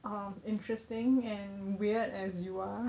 um interesting and weird as you are